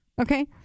okay